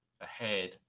ahead